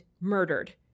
murdered